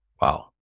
Wow